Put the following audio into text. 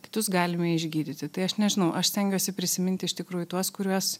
kitus galime išgydyti tai aš nežinau aš stengiuosi prisiminti iš tikrųjų tuos kuriuos